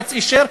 בג"ץ אישר,